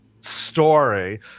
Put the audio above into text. story